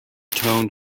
tone